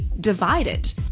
divided